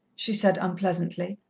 she said unpleasantly.